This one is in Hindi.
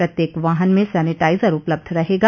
प्रत्येक वाहन में सेनिटाइजर उपलब्ध रहेगा